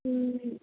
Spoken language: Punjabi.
ਹੂੰ